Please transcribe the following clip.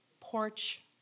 porch